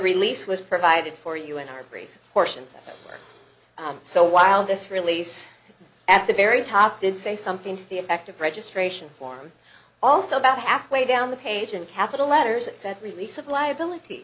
release was provided for you in our brief portions so while this release at the very top did say something to the effect of registration form also about halfway down the page in capital letters it said release of liability